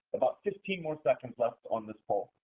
about fifteen more seconds left on this poll.